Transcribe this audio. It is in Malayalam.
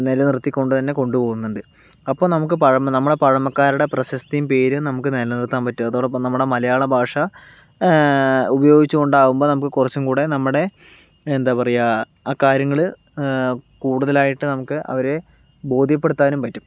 നിലനിർത്തികൊണ്ടുതന്നെ കൊണ്ടു പോകുന്നുണ്ട് അപ്പം നമുക്ക് പഴമ നമ്മടെ പഴമക്കാരുടെ പ്രശസ്തിയും പേരും നമുക്ക് നിലനിർത്താൻ പറ്റും അതോടൊപ്പം നമ്മുടെ മലയാള ഭാഷ ഉപയോഗിച്ചു കൊണ്ടാകുമ്പം നമുക്ക് കുറച്ചും കൂടി നമ്മുടെ എന്താ പറയുക ആ കാര്യങ്ങൾ കൂടുതലായിട്ട് നമുക്ക് അവരെ ബോധ്യപ്പെടുത്താനും പറ്റും